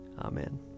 Amen